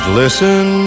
listen